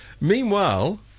Meanwhile